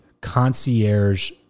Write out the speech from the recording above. concierge